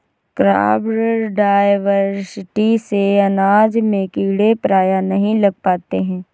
crop diversity से अनाज में कीड़े प्रायः नहीं लग पाते हैं